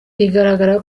bigaragara